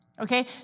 Okay